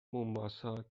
مومباسا